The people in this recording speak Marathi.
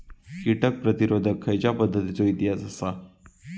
कीटक प्रतिरोधक खयच्या पसंतीचो इतिहास आसा?